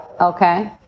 Okay